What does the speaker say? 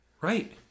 Right